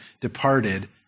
departed